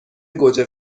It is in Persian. گوجه